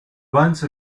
once